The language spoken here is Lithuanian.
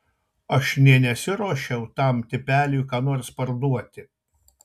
aš nė nesiruošiau tam tipeliui ką nors parduoti